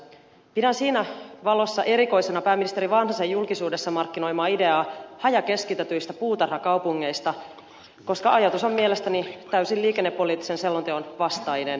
pidän siinä valossa erikoisena pääministeri vanhasen julkisuudessa markkinoimaa ideaa hajakeskitetyistä puutarhakaupungeista koska ajatus on mielestäni täysin liikennepoliittisen selonteon vastainen